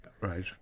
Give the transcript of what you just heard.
right